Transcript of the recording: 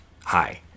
Hi